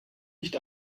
nicht